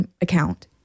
account